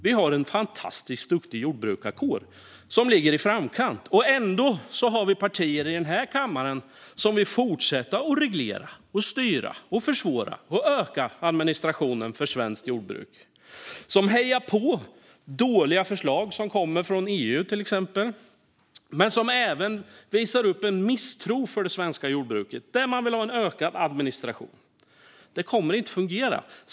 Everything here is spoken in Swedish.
Vi har en fantastisk duktig jordbrukarkår som ligger i framkant, och ändå har vi partier i denna kammare som vill fortsätta att reglera, styra, försvåra och öka administrationen för svenskt jordbruk och som hejar på dåliga förslag som kommer från till exempel EU. Man visar även en misstro mot det svenska jordbruket och vill ha en ökad administration. Det kommer inte att fungera.